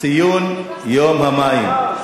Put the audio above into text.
ציון יום המים.